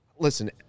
Listen